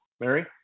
Mary